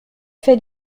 fait